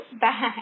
Bye